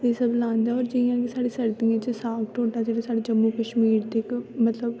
एह् सब्भ लांदा ऐ और जि'यां कि साढ़े सर्दियें च साग ढोडा जेह्ड़ी साढ़े जम्मू कश्मीर दी इक मतलब